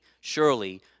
surely